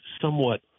somewhat